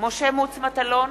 משה מטלון,